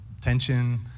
tension